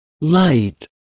light